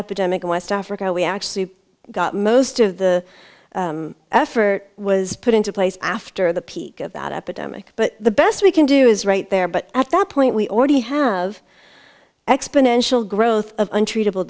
epidemic in west africa we actually got most of the effort was put into place after the peak of that epidemic but the best we can do is right there but at that point we already have exponential growth of untreatable